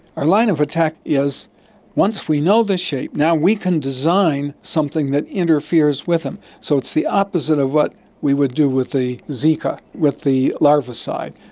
our line of attack is once we know the shape, now we can design something that interferes with them. so it's the opposite of what we would do with zika, with the larvicide.